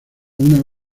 una